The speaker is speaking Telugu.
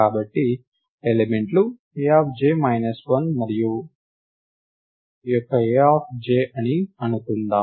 కాబట్టి ఎలిమెంట్లు AJ 1 మరియు యొక్క AJ అని అనుకుందాం